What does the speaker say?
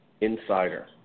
Insider